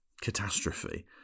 catastrophe